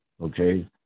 Okay